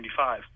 1995